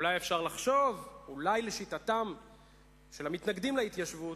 אולי אפשר לחשוב, לשיטתם של המתנגדים להתיישבות,